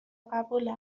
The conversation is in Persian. قبول